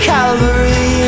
Calvary